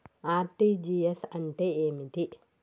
RTGS అంటే ఏమిటి?